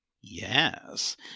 Yes